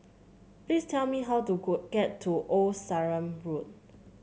please tell me how to get to Old Sarum Road